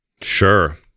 Sure